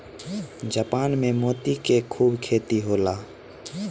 Japan में मोती के खूब खेती होला